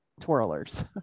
twirlers